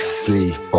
sleep